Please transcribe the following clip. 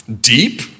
Deep